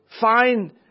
find